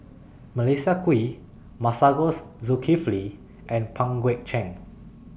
Melissa Kwee Masagos Zulkifli and Pang Guek Cheng